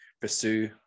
pursue